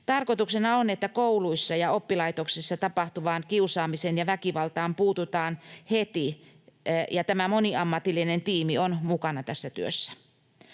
Tarkoituksena on, että kouluissa ja oppilaitoksissa tapahtuvaan kiusaamiseen ja väkivaltaan puututaan heti, ja tämä moniammatillinen tiimi on mukana tässä työssä.